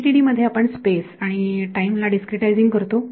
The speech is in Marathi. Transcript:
FDTD मध्ये आपण स्पेस आणि टाईम ला डिस्क्रीटायझिंग करतो